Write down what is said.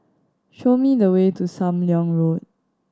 show me the way to Sam Leong Road